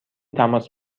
تماس